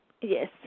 Yes